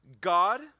God